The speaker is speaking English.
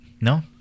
No